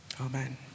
Amen